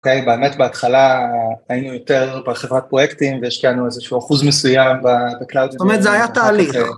אוקיי, באמת בהתחלה היינו יותר בחברת פרויקטים ויש לנו איזשהו אחוז מסוים בקלאוד. זאת אומרת, זה היה תהליך.